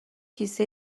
کیسه